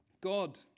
God